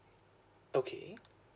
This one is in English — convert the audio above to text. okay